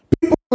People